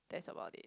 that's about it